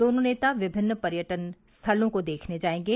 दोनों नेता विभिन्न पर्यटन स्थलों को देखने जाएंगे